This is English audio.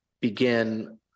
begin